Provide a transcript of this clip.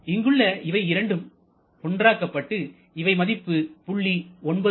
இங்குள்ள இவை இரண்டும் ஒன்றாகப்பட்டு இவை மதிப்பு 0